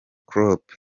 klopp